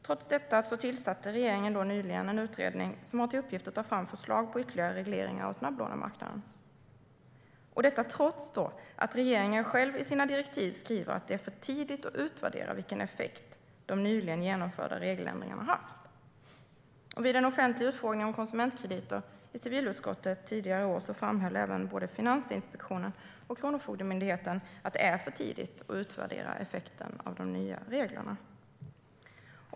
Trots detta tillsatte regeringen nyligen en utredning som har till uppgift att ta fram förslag på ytterligare regleringar av snabblånemarknaden. Detta skedde trots att regeringen själv i sina direktiv skriver att det är för tidigt att utvärdera vilken effekt de nyligen genomförda regeländringarna haft. Vid en offentlig utfrågning om konsumentkrediter i civilutskottet tidigare i år framhöll både Finansinspektionen och Kronofogdemyndigheten att det är för tidigt att utvärdera effekten av de nya reglerna.